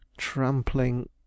Trampling